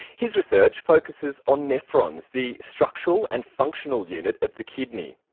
his research focuses on nephrons, the structural and functional unit of the kidney.